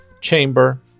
chamber